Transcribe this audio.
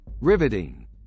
Riveting